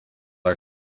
are